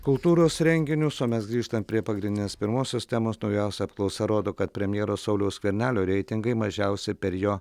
kultūros renginius o mes grįžtam prie pagrindinės pirmosios temos naujausia apklausa rodo kad premjero sauliaus skvernelio reitingai mažiausi per jo